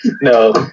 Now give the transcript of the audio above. no